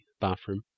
bathroom